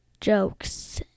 jokes